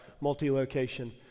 multi-location